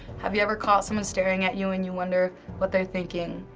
have you ever caught someone staring at you and you wonder what they're thinking,